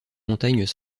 montagnes